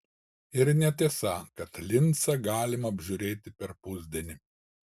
ir netiesa kad lincą galima apžiūrėti per pusdienį